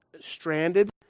stranded